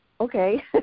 okay